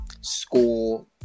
school